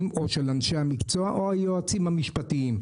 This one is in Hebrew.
או של אנשי המקצוע או היועצים המשפטיים.